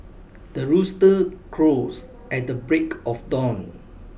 the rooster crows at the break of dawn